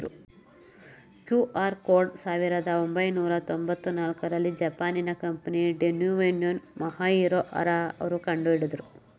QR code ಸಾವಿರದ ಒಂಬೈನೂರ ತೊಂಬತ್ತ ನಾಲ್ಕುರಲ್ಲಿ ಜಪಾನಿನ ಕಂಪನಿ ಡೆನ್ಸೊ ವೇವ್ನಿಂದ ಮಸಾಹಿರೊ ಹರಾ ಅವ್ರು ಕಂಡುಹಿಡಿದ್ರು